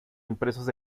impresos